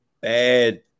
bad